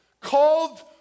called